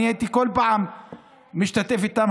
ואני הייתי כל פעם משתתף איתם,